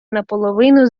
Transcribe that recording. наполовину